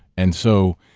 and so,